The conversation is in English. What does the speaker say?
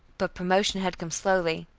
but promotion had come slowly.